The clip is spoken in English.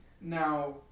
Now